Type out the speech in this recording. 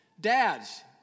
dads